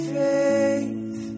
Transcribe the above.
faith